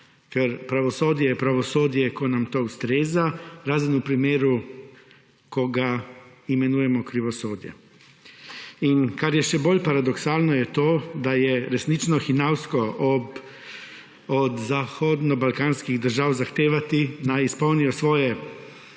ker pravosodje je pravosodje, ko nam to ustreza, razen v primeru, ko ga imenujemo krivosodje. In kar je še bolj paradoksalno, je to, da je resnično hinavsko ob, od zahodno-balkanskih držav zahtevati, naj izpolnijo svoje